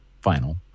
final